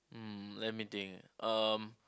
um let me think um